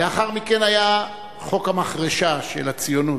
לאחר מכן היה חוק המחרשה של הציונות: